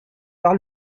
par